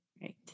Right